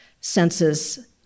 senses